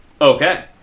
Okay